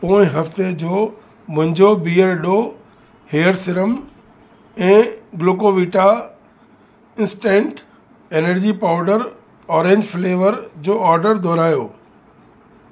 पोएं हफ़्ते जो मुंहिंजो बीयरडो हेयर सिरम ऐं Glucovita instant energy powder orange flavour जो ऑर्डर दुहिरायो